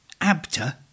ABTA